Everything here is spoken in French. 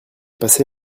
passé